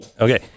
Okay